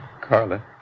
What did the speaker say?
Carla